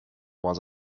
was